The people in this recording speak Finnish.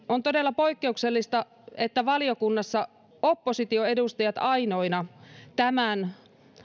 on todella poikkeuksellista että valiokunnassa oppositioedustajat ainoina tämän